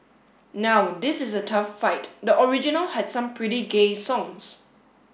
now this is a tough fight the original had some pretty gay songs